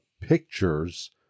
pictures